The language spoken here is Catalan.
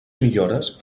millores